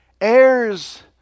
Heirs